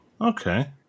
okay